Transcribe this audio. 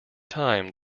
time